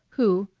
who,